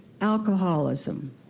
alcoholism